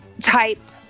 Type